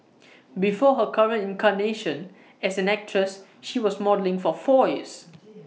before her current incarnation as an actress she was modelling for four years